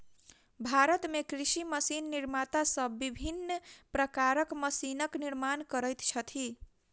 भारत मे कृषि मशीन निर्माता सब विभिन्न प्रकारक मशीनक निर्माण करैत छथि